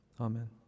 Amen